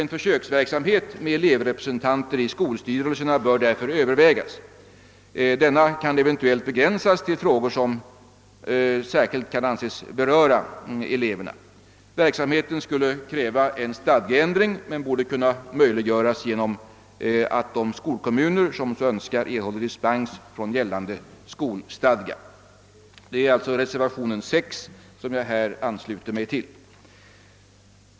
En försöksverksamhet med elevrepresentanter i skolstyrelserna bör därför övervägas, eventuellt begränsad till frågor som särskilt kan anses beröra eleverna. Verksamheten skulle kräva en stadgeändring men borde kunna möjliggöras genom att de skolkommuner som så önskar erhåller dispens från gällande skolstadga. Det är alltså reservationen 6 som jag här ansluter mig till.